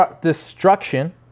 destruction